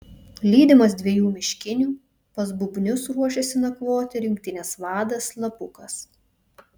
lydimas dviejų miškinių pas bubnius ruošiasi nakvoti rinktinės vadas slapukas